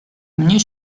mnie